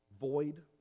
void